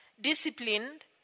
disciplined